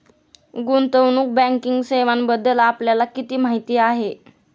गुंतवणूक बँकिंग सेवांबद्दल आपल्याला किती माहिती आहे?